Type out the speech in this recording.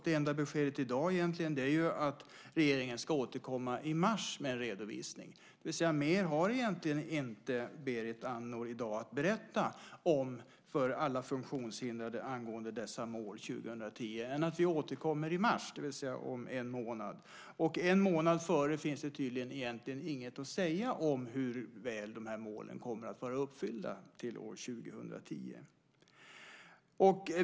Det enda beskedet i dag egentligen är att regeringen ska återkomma i mars med en redovisning. Mer har inte Berit Andnor att berätta i dag för alla funktionshindrade angående målen 2010 än att man återkommer i mars, det vill säga om en månad. En månad före finns det tydligen inget att säga om hur väl målen kommer att vara uppfyllda till år 2010.